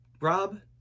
Rob